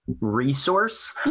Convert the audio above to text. resource